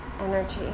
energy